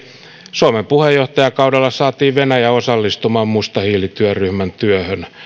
suomen puheenjohtajakaudella saatiin venäjä osallistumaan musta hiili työryhmän työhön